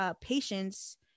patients